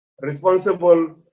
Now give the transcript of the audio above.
responsible